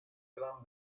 gran